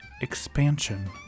expansion